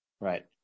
Right